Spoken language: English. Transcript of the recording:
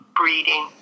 breeding